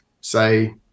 say